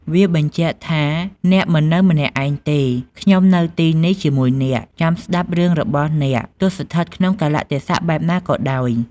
វាបញ្ជាក់ថា "អ្នកមិននៅម្នាក់ឯងទេ ខ្ញុំនៅទីនេះជាមួយអ្នក ចាំស្ដាប់រឿងរបស់អ្នក ទោះស្ថិតក្នុងកាលៈទេសៈបែបណាក៏ដោយ"។